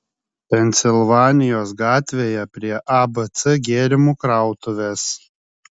pensilvanijos gatvėje prie abc gėrimų krautuvės